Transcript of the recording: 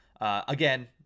again